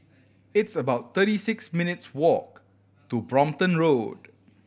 it's about thirty six minutes' walk to Brompton Road